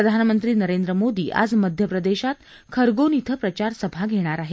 प्रधानमंत्री नरेंद्र मोदी आज मध्य प्रदेशात खरगोन इथं प्रचारसभा घेणार आहेत